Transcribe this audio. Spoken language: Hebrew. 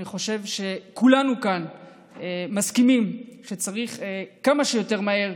אני חושב שכולנו כאן מסכימים שצריך להקים כמה שיותר מהר,